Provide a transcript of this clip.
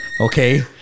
Okay